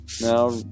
now